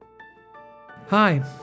Hi